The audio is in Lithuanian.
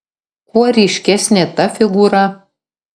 kuo ryškesnė ta figūra